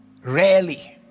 Rarely